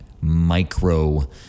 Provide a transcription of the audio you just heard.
micro